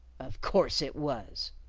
of course it was.